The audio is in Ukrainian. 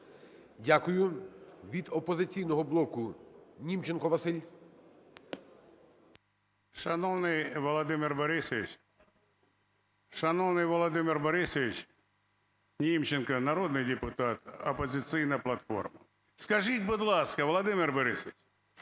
Дякую. Від "Опозиційного блоку" Німченко Василь. 10:23:40 НІМЧЕНКО В.І. Шановний Володимир Борисович, шановний Володимир Борисович! Німченко народний депутат, "Опозиційна платформа". Скажіть, будь ласка, Володимир Борисович,